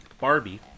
Barbie